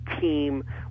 team